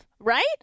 right